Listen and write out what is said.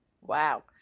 wow